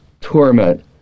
torment